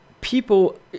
people